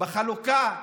שיש בחלוקה כאן,